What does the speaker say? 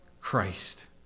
Christ